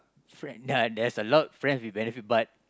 friend yeah there's a lot friends with benefit but